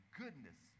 goodness